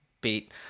beat